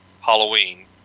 Halloween